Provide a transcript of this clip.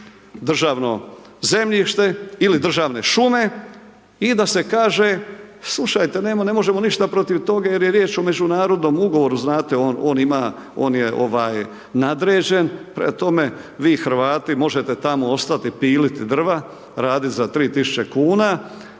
državno zemljište ili državne šume i da se kaže slušajte njemu ne možemo ništa protiv toga jer je riječ o međunarodnom ugovoru znate on ima, on je ovaj nadređen prema tome vi Hrvati možete tako ostati pilit drva, radit za 3.000 kuna,